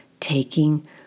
Taking